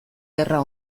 gerra